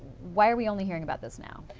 why are we only hearing about this now.